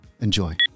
Enjoy